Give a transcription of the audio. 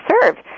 served